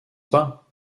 pas